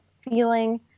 feeling